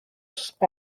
spy